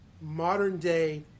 modern-day